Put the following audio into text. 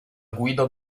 guido